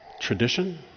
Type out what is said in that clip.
Tradition